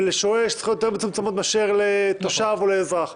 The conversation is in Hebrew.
לשוהה יש זכויות יותר מצומצמות מאשר לתושב או לאזרח.